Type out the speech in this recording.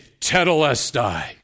Tetelestai